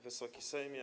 Wysoki Sejmie!